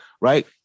right